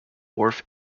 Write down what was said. wharf